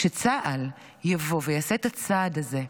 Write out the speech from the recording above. כשצה"ל יבוא ויעשה את הצעד הזה,